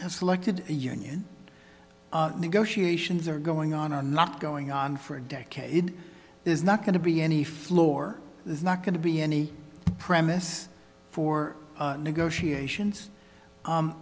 have selected a union negotiations are going on are not going on for a decade is not going to be any floor it's not going to be any premise for negotiations